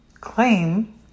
claim